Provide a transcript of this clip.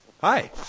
Hi